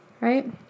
Right